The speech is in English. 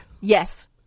Yes